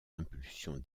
impulsion